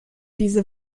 diese